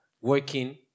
working